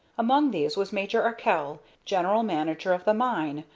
among these was major arkell, general manager of the mine,